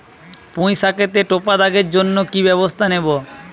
পুই শাকেতে টপা দাগের জন্য কি ব্যবস্থা নেব?